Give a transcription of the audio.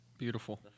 Beautiful